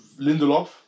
Lindelof